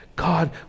God